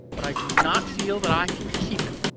but i do not feel that i can keep it.